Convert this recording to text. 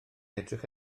edrych